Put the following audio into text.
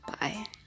Bye